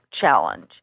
challenge